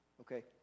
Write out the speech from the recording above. okay